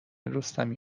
رستمی